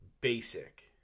basic